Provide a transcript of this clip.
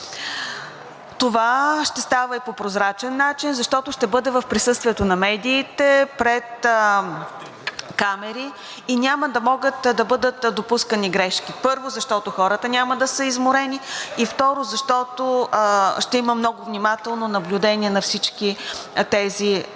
Това ще става и по прозрачен начин, защото ще бъде в присъствието на медиите, пред камери и няма да могат да бъдат допускани грешки, първо, защото хората няма да са изморени, и, второ, защото ще има много внимателно наблюдение на всички тези